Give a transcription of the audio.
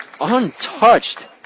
untouched